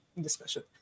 discussion